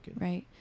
right